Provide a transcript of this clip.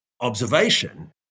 observation